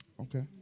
Okay